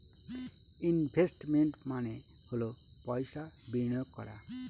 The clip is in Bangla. ইনভেস্টমেন্ট মানে হল পয়সা বিনিয়োগ করা